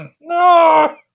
No